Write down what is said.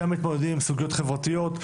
שם מתמודדים עם סוגיות חברתיות,